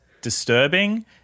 disturbing